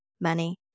money